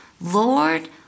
Lord